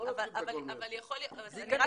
לא נתחיל את הכל מאפס.